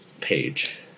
page